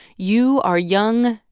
you are young,